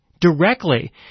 directly